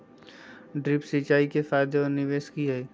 Drip सिंचाई के फायदे और निवेस कि हैय?